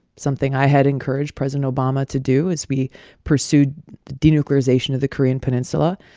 something i had encouraged president obama to do as we pursued the denuclearization of the korean peninsula.